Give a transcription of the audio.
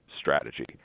strategy